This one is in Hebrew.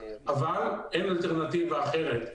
אבל אין אלטרנטיבה אחרת.